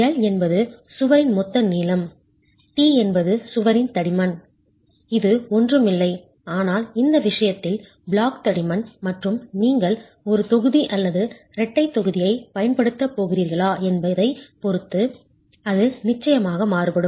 L என்பது சுவரின் மொத்த நீளம் t என்பது சுவரின் தடிமன் இது ஒன்றும் இல்லை ஆனால் இந்த விஷயத்தில் பிளாக் தடிமன் மற்றும் நீங்கள் ஒரு தொகுதி அல்லது இரட்டைத் தொகுதியைப் பயன்படுத்தப் போகிறீர்களா என்பதைப் பொறுத்து அது நிச்சயமாக மாறுபடும்